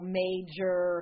major